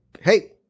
hey